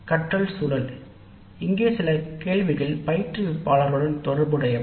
கற்றல் சூழல் இங்கே சில கேள்விகள் பயிற்றுவிப்பாளருடன் தொடர்புடையவை